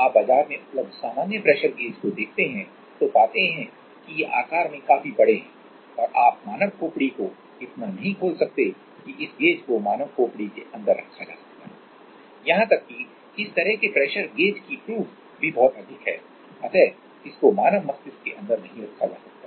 आप बाजार में उपलब्ध सामान्य प्रेशर गेज को देखते हैं तो पाते हैं कि ये आकार में काफी बड़े हैं और आप मानव खोपड़ी को इतना नहीं खोल सकते हैं कि इस गेज को मानव खोपड़ी के अंदर रखा जा सकता है यहां तक कि इस तरह के प्रेशर गेज की प्रूफ भी बहुत अधिक है अतः इसको मानव मस्तिष्क के अंदर नहीं रखा जा सकता है